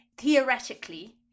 theoretically